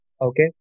Okay